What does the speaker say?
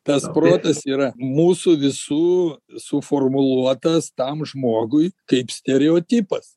tas protas yra mūsų visų suformuluotas tam žmogui kaip stereotipas